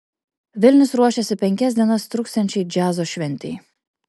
vilnius ruošiasi penkias dienas truksiančiai džiazo šventei